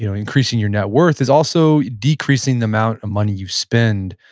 you know increasing your net worth is also decreasing the amount of money you spend.